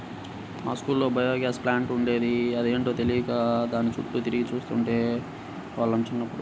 మా స్కూల్లో biogas plant ఉండేది, అదేంటో తెలియక దాని చుట్టూ తిరిగి చూస్తుండే వాళ్ళం చిన్నప్పుడు